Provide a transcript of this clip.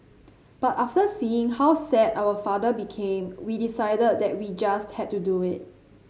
but after seeing how sad our father became we decided that we just had to do it